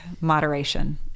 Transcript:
moderation